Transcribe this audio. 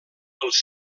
els